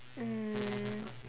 mm